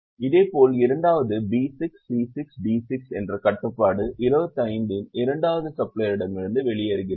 இதேபோல் இரண்டாவது B6 C6 D6 என்ற கட்டுப்பாடு 25 இன் இரண்டாவது சப்ளையரிடமிருந்து வெளியேறுகிறது